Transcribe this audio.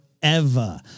forever